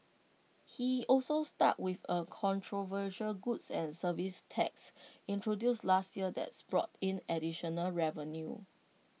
he also stuck with A controversial goods and services tax introduced last year that's brought in additional revenue